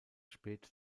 spät